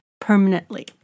permanently